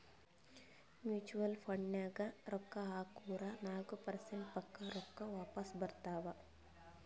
mutual ಫಂಡ್ನಾಗ್ ರೊಕ್ಕಾ ಹಾಕುರ್ ನಾಲ್ಕ ಪರ್ಸೆಂಟ್ರೆ ಪಕ್ಕಾ ರೊಕ್ಕಾ ವಾಪಸ್ ಬರ್ತಾವ್